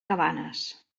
cabanes